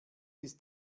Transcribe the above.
ist